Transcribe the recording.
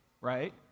right